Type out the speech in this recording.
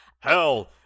Hell